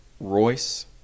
Royce